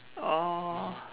oh